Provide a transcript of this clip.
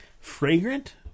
Fragrant